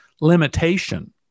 limitation